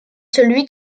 celui